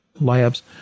labs